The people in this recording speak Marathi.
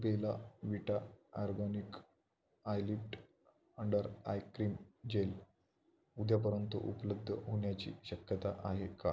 Bela Vita organic eyelift under eye cream gel उद्यापर्यंत उपलब्ध होण्याची शक्यता आहे का